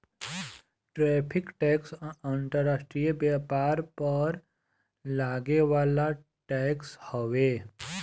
tariff tax अंतर्राष्ट्रीय व्यापार पर लागे वाला टैक्स हवे